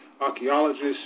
archaeologists